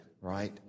right